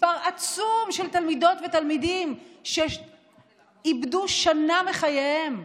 מספר עצום של תלמידות ותלמידים שאיבדו שנה מחייהם,